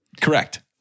Correct